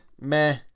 meh